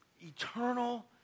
eternal